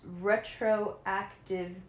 retroactive